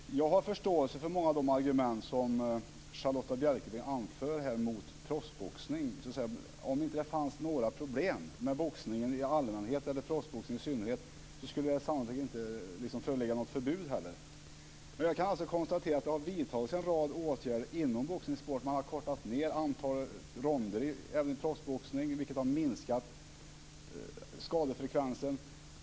Fru talman! Jag har förståelse för många av de argument som Charlotta Bjälkebring anför mot proffsboxning. Om det inte fanns några problem med boxningen i allmänhet eller proffsboxningen i synnerhet skulle det sannolikt inte föreligga något förbud heller. Men jag konstatera att det har vidtagits en rad åtgärder inom boxningssporten. Man har minskat antalet ronder även i proffsboxning, vilket har minskat skadefrekvensen.